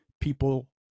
people